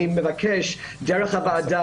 אני מבקש דרך הוועדה,